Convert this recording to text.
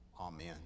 Amen